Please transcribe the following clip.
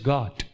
God